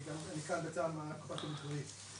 אני כאן כנציג קופת חולים כללית.